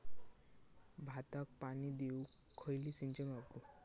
भाताक पाणी देऊक खयली सिंचन वापरू?